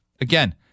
Again